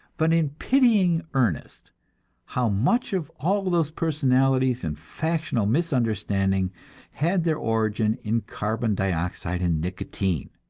but in pitying earnest how much of all those personalities and factional misunderstanding had their origin in carbon dioxide and nicotine.